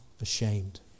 ashamed